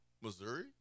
Missouri